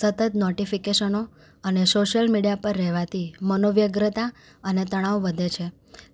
સતત નોટેફિકેશનો અને સોસયલ મીડિયા પર રહેવાથી મનોવ્યગ્રતા અને તણાવ વધે છે